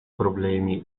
problemi